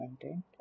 content